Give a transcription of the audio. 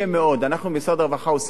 אנחנו במשרד הרווחה עושים הכול,